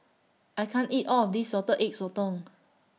I can't eat All of This Salted Egg Sotong